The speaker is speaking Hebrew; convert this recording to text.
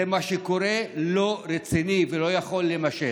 מה שקורה לא רציני ולא יכול להימשך.